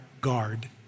guard